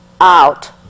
out